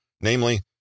namely